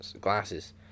glasses